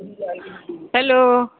hello